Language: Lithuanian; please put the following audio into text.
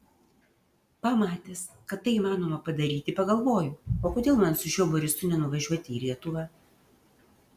pamatęs kad tai įmanoma padaryti pagalvojau o kodėl man su šiuo borisu nenuvažiuoti į lietuvą